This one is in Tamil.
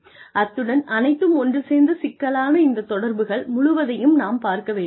அத்துடன் அனைத்தும் ஒன்று சேர்ந்த சிக்கலான இந்த தொடர்புகள் முழுவதையும் நாம் பார்க்க வேண்டும்